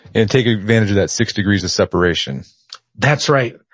and take advantage of that six degrees of separation that's right,